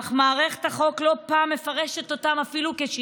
אך מערכת החוק מפרשת אותם לא פעם אפילו כשיגעון.